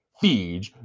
Feed